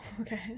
Okay